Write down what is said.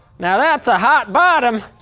now that's a hot bottom!